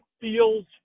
feels